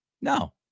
No